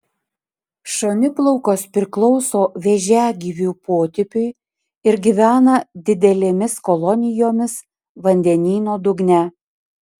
šoniplaukos priklauso vėžiagyvių potipiui ir gyvena didelėmis kolonijomis vandenyno dugne